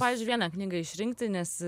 pavyzdžiui vieną knygą išrinkti nes